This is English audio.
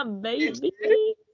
baby